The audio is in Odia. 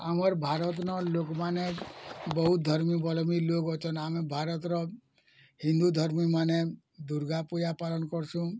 ଆମର୍ ଭାରତ ନ ଲୋକ୍ମାନେ ବହୁତ୍ ଧର୍ମୀ ବଲମି ଲୋକ୍ ଅଛନ୍ ଆମେ ଭରତର ହିନ୍ଦୁ ଧର୍ମୀମାନେ ଦୁର୍ଗା ପୂଜା ପାଲନ୍ କରସୁଁ